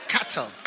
Cattle